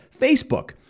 Facebook